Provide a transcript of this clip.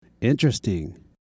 Interesting